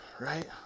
right